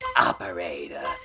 Operator